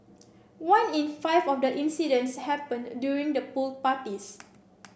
one in five of the incidents happened during the pool parties